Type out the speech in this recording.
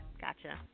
gotcha